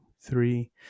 three